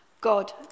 God